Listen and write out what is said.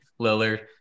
Lillard